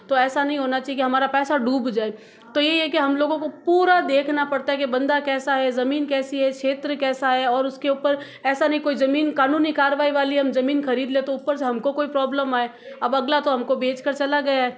तो ऐसा नहीं होना चाहिए कि हमारा पैसा डूब जाये तो यही है कि हम लोगों को पूरा देखना पड़ता है कि बंदा कैसा है जमीन कैसी है क्षेत्र कैसा है और उसके ऊपर ऐसा नही कोई जमीन कानूनी कार्यवाही वाली है हम जमीन खरीद लें तो ऊपर से हमको कोई प्रॉब्लम आए अब अगला तो हमको बेचकर चला गया है